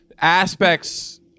Aspects